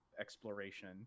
Exploration